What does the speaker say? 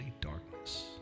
darkness